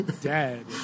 Dead